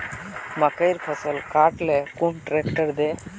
मकईर फसल काट ले कुन ट्रेक्टर दे?